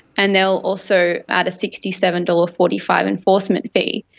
and they will also add a sixty seven dollars. forty five enforcement fee.